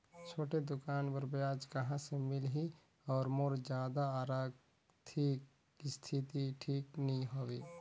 छोटे दुकान बर ब्याज कहा से मिल ही और मोर जादा आरथिक स्थिति ठीक नी हवे?